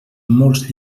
molts